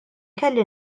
kelli